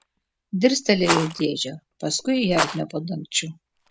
dirstelėjo į dėžę paskui į ertmę po dangčiu